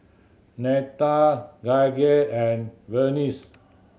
Netta Gaige and Vernice